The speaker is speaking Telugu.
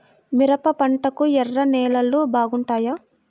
మిరప పంటకు ఎర్ర నేలలు బాగుంటాయా?